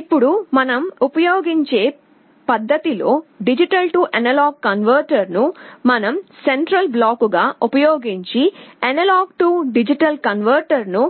ఇప్పుడు మనం ఉపయోగించే పద్ధతి లో D A కన్వర్టర్ను మన సెంట్రల్ బ్లాక్గా ఉపయోగించి A D కన్వర్టర్ను